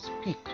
speak